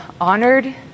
honored